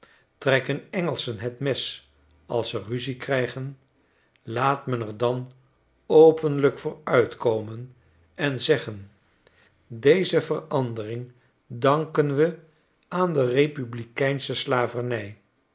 trekken engelschen het mes als ze ruzie krijgen laat men er dan openlijk voor uitkomen en zeggen deze verandering danken we aan de republikeinsche slavernij